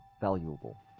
valuable